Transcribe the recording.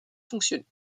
fonctionner